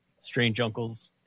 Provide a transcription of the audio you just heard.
StrangeUncles